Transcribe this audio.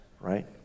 right